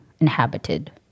inhabited